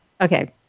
okay